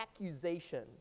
accusation